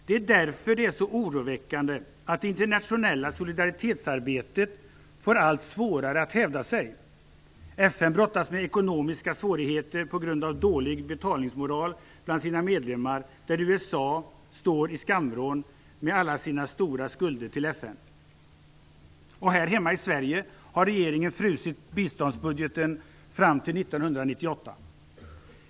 Det är därför det är så oroväckande att det internationella solidaritetsarbetet får allt svårare att hävda sig. FN brottas med ekonomiska svårigheter på grund av dålig betalningsmoral bland sina medlemmar, där USA står i skamvrån med alla sina stora skulder till Och här hemma i Sverige har regeringen frusit biståndsbudgeten fram till 1998.